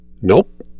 Nope